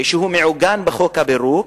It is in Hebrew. שמעוגן בחוק הפירוק,